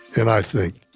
and i think,